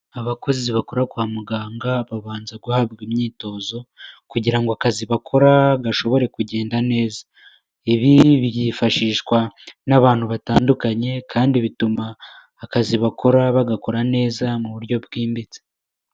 Abakozi bakora kwa muganga babanza guhabwa imyitozo kugira ngo akazi bakora gashobore kugenda neza, ibi byifashishwa n'abantu batandukanye kandi bituma akazi bakora bagakora neza mu buryo bwimbitse.